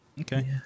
Okay